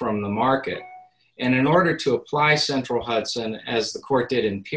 from the market and in order to apply a central hudson as the court did in p